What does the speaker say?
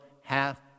half